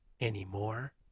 anymore